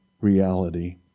reality